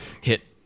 hit